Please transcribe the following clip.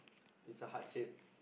it's a heart shape